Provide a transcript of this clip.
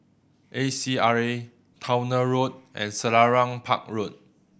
A C R A Towner Road and Selarang Park Road